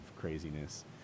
craziness